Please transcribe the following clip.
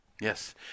Yes